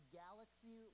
galaxy